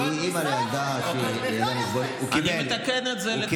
היא אומרת ש"הפרעה נפשית" זה מינוח פוגע.